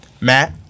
Matt